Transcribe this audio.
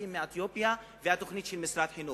התלמידים מאתיופיה והתוכנית של משרד החינוך.